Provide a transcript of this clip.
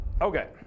Okay